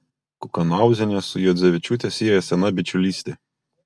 kukanauzienę su juodzevičiūte sieja sena bičiulystė